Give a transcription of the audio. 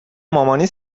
مامانی